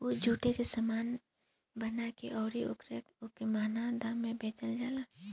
उ जुटे के सामान बना के अउरी ओके मंहगा दाम पर बेचल जाला